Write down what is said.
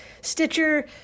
Stitcher